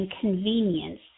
convenience